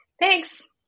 Thanks